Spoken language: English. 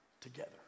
together